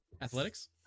athletics